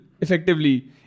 effectively